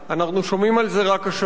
אנחנו שומעים על זה רק השבוע.